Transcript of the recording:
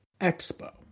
Expo